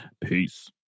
Peace